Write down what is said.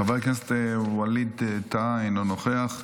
חבר הכנסת ווליד טאהא, אינו נוכח.